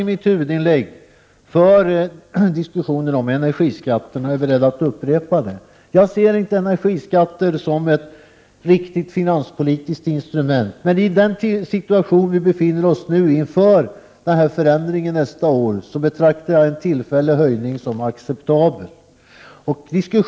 I mitt huvudinlägg tog jag upp frågan om energiskatterna, och jag är beredd att upprepa vad jag sade. Jag anser alltså inte att energiskatter är ett riktigt finanspolitiskt instrument. Men med tanke på den situation som vi nu står inför — jag tänker då på den förändring som kommer att ske nästa år — betraktar jag en tillfällig höjning som en acceptabel lösning.